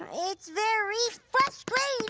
it's very frustrating